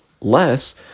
less